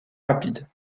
rapides